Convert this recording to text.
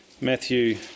Matthew